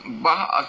but hor I